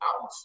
out